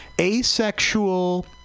Asexual